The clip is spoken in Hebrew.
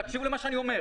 תקשיבו למה שאני אומר.